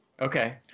Okay